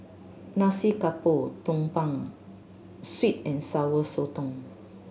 Nasi Campur Tumpeng Sweet and Sour Sotong